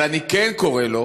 אבל אני כן קורא לו